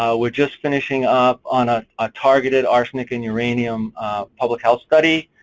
um we're just finishing up on a ah targeted arsenic and uranium public health study,